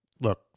look